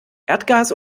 erdgas